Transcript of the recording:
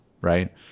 Right